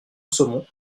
saumon